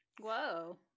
Whoa